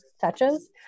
touches